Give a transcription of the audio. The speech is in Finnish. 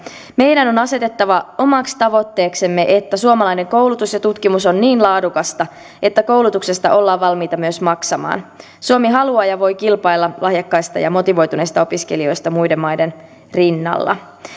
meidän on asetettava omaksi tavoitteeksemme että suomalainen koulutus ja tutkimus on niin laadukasta että koulutuksesta ollaan valmiita myös maksamaan suomi haluaa ja voi kilpailla lahjakkaista ja motivoituneista opiskelijoista muiden maiden rinnalla